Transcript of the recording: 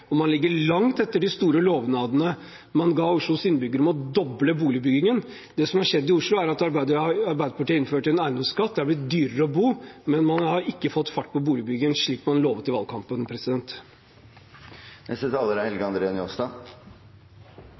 og man ligger langt etter de store lovnadene man ga Oslos innbyggere om å doble boligbyggingen. Det som har skjedd i Oslo, er at Arbeiderpartiet har innført en eiendomsskatt, og det er blitt dyrere å bo, men man har ikke fått fart på boligbyggingen, slik man lovet i valgkampen.